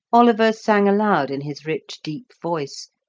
oliver sang aloud in his rich deep voice,